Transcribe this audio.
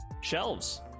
shelves